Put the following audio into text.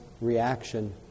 reaction